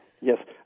Yes